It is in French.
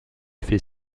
fait